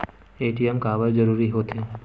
ATM काबर जरूरी हो थे?